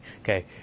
Okay